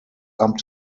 amt